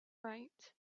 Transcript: right